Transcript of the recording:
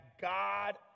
god